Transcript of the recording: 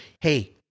Hey